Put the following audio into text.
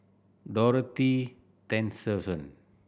Dorothy Tessensohn